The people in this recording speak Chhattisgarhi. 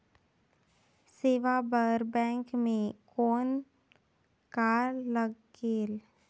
सेवा बर बैंक मे कौन का लगेल?